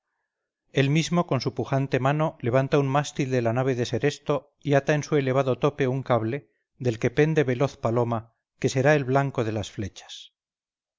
él mismo con su pujante mano levanta un mástil de la nave de seresto y ata en su elevado tope un cable del que pende veloz paloma que será el blanco de las flechas